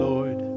Lord